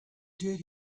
did